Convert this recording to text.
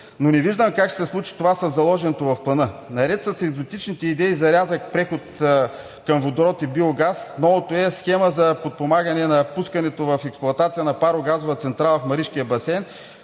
Но не виждам как ще се случи това със заложеното в Плана? Наред с екзотичните идеи за рязък преход към водород и биогаз, новото е схема за подпомагане на пускането на експлоатация на парогазова централа в Маришкия басейн.